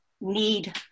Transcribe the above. need